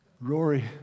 Rory